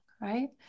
Right